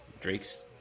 Drake's